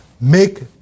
make